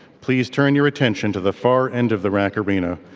please turn your attention to the far end of the rac arena,